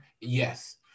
yes